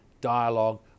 dialogue